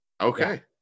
Okay